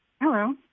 Hello